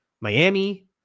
Miami